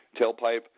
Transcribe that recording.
tailpipe